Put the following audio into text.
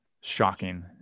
shocking